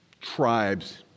tribes